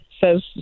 Says